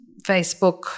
Facebook